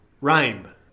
rhyme